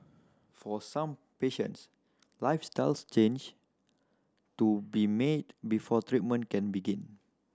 for some patients lifestyles change to be made before treatment can begin